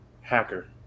Hacker